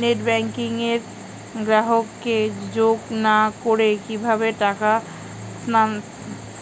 net banking এ গ্রাহককে যোগ না করে কিভাবে টাকা